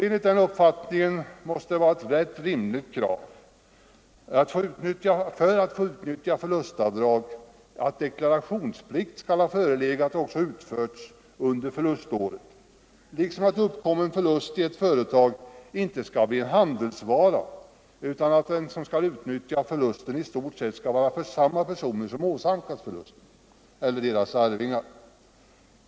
Enligt den uppfattningen måste det vara ett rätt rimligt krav för utnyttjande av förlustavdrag att deklarationsplikt förelegat och också fullgjorts under förluståret liksom att uppkommen förlust i ett företag inte skall bli handelsvara. De som skall utnyttja avdraget skall vara samma personer som åsamkats förlusten eller deras arvingar.